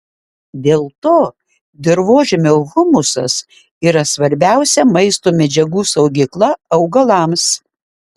dėl to dirvožemio humusas yra svarbiausia maisto medžiagų saugykla augalams